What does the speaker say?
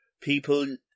people